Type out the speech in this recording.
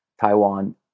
Taiwan